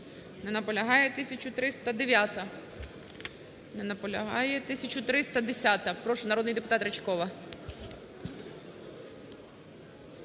Не наполягає. 1309-а. Не наполягає. 1310-а. Прошу, народний депутат Ричкова.